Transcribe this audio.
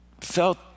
felt